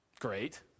great